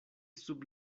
sub